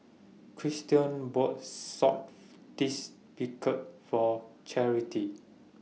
Christion bought Source tastes Beancurd For Charity